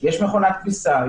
יש מכונת כביסה,